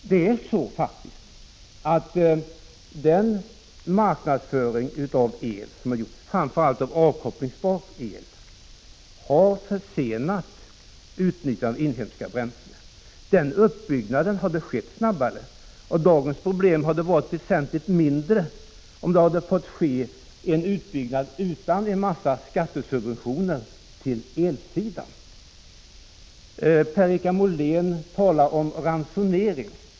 Det är faktiskt så, att den marknadsföring av el som har gjorts, framför allt avkopplingsbar el, har försenat utnyttjandet av inhemska bränslen. Denna utbyggnad hade skett snabbare och dagens problem hade varit väsentligt mindre, om den hade fått ske utan en massa skattesubventioner till elsidan. Per-Richard Molén talar om ransonering.